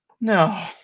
No